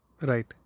Right